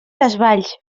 desvalls